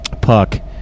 puck